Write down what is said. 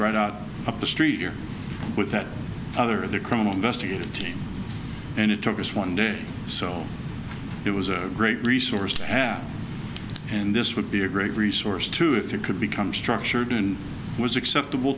right out up the street here with that other the criminal investigative team and it took us one day so it was a great resource to have and this would be a great resource too if you could become structured and was acceptable